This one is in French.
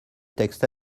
texte